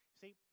See